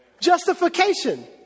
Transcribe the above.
Justification